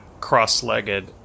cross-legged